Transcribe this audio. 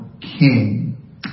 king